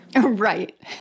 Right